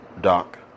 Doc